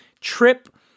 trip